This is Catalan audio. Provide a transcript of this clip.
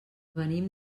venim